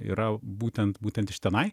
yra būtent būtent iš tenai